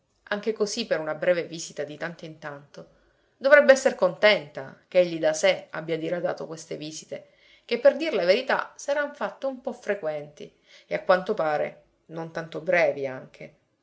anche così per una breve visita di tanto in tanto dovrebbe esser contenta ch'egli da sé abbia diradato queste visite che per dir la verità s'eran fatte un po frequenti e a quanto pare non tanto brevi anche